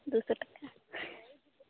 ᱫᱩᱥᱳ ᱴᱟᱠᱟ